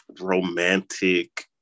romantic